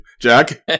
Jack